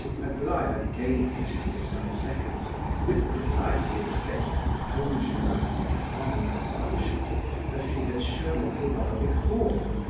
aglaya gazed at him for some seconds with precisely the same composure and calm astonishment as she had shown a little while before,